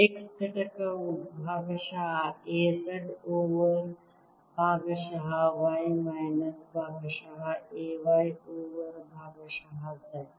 X ಘಟಕವು ಭಾಗಶಃ A z over ಭಾಗಶಃ y ಮೈನಸ್ ಭಾಗಶಃ A y ಓವರ್ ಭಾಗಶಃ z